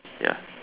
ya